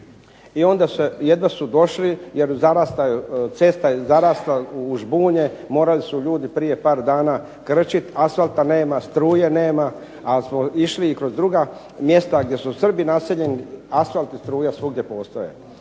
Jedva su došli jer zarasla je cesta u žbunje, morali su prije par dana krčiti, asfalta nema, struje nema. Ali smo išli kroz druga mjesta gdje su Srbi naseljeni, asfalt i struja svugdje postoji.